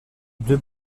deux